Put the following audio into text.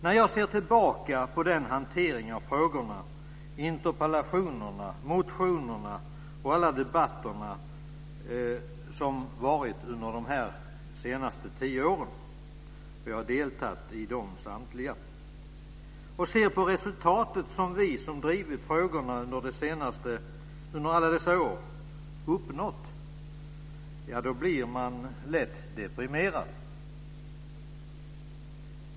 När jag ser tillbaka på den hantering av frågorna, interpellationerna, motionerna och alla debatterna som varit under de senaste tio åren - jag har deltagit i samtliga - och ser på det resultat som vi som drivit frågorna under alla dessa år har uppnått blir jag lätt deprimerad.